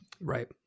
right